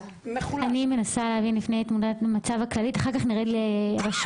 אני מנסה להבין את תמונת המצב הכללית ואחר כך נרד רשות-רשות.